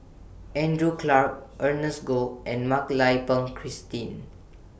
Andrew Clarke Ernest Goh and Mak Lai Peng Christine